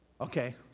okay